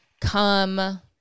come